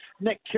Nick